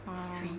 orh